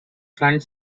front